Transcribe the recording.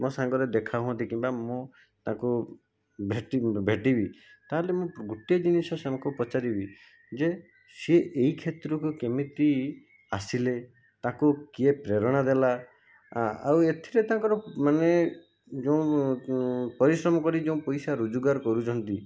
ମୋ ସାଙ୍ଗରେ ଦେଖାହୁଅନ୍ତି କିମ୍ବା ମୁଁ ତାଙ୍କୁ ଭେଟିବି ଭେଟିବି ତାହେଲେ ମୁଁ ଗୋଟେ ଜିନିଷ ସେମାନଙ୍କୁ ପଚାରିବି ଯେ ସିଏ ଏଇ କ୍ଷେତ୍ରକୁ କେମିତି ଆସିଲେ ତାଙ୍କୁ କିଏ ପ୍ରେରଣା ଦେଲା ଆଉ ଏଥିରେ ତାଙ୍କର ମାନେ ଯେଉଁ ପରିଶ୍ରମକରି ଯେଉଁ ପଇସା ରୋଜଗାର କରୁଛନ୍ତି